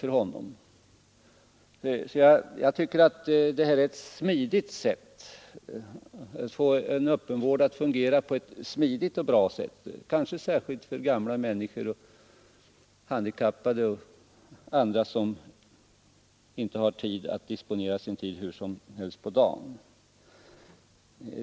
Jag tycker alltså att detta är ett sätt att få öppenvården att fungera smidigt och bra, kanske särskilt för gamla människor, handikappade och personer som inte fritt kan disponera sin tid under dagen.